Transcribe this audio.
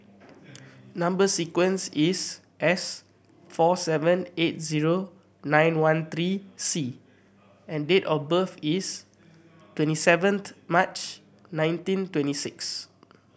number sequence is S four seven eight zero nine one three C and date of birth is twenty seventh March nineteen twenty six